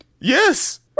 yes